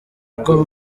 uko